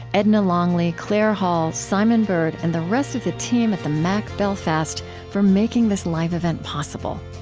edna longley, claire hall, simon bird, and the rest of the team at the mac belfast for making this live event possible.